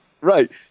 Right